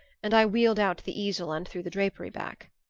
and i wheeled out the easel and threw the drapery back.